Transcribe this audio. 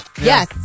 Yes